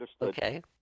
Okay